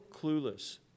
clueless